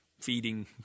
feeding